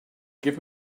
give